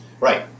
Right